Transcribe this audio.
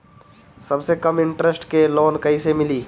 सबसे कम इन्टरेस्ट के लोन कइसे मिली?